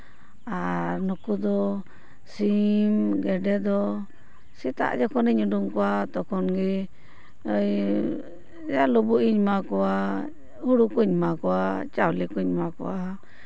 ᱟᱨ ᱱᱩᱠᱩ ᱫᱚ ᱥᱤᱢ ᱜᱮᱰᱮ ᱫᱚ ᱥᱮᱛᱟᱜ ᱡᱚᱠᱷᱱᱤᱧ ᱩᱰᱩᱠ ᱠᱚᱣᱟ ᱛᱚᱠᱷᱚᱱ ᱜᱮ ᱳᱭ ᱡᱟ ᱞᱩᱵᱩᱜ ᱤᱧ ᱮᱢᱟ ᱠᱚᱣᱟ ᱦᱩᱲᱩ ᱠᱚᱧ ᱮᱢᱟ ᱠᱚᱣᱟ ᱪᱟᱣᱞᱮ ᱠᱚᱧ ᱮᱢᱟ ᱠᱚᱣᱟ